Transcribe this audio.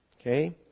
Okay